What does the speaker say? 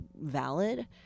valid